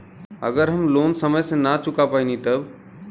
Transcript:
अगर हम लोन समय से ना चुका पैनी तब?